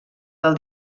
del